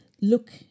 look